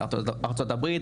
זה ארצות הברית,